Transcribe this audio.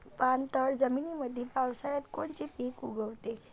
पाणथळ जमीनीमंदी पावसाळ्यात कोनचे पिक उगवते?